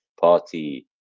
party